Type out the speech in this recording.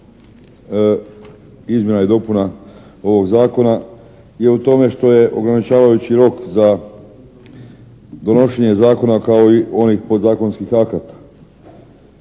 izmjena i dopuna ovog Zakona je u tome što je ograničavajući rok za donošenje zakona kao i onih podzakonskih akata.